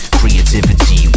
creativity